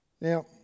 Now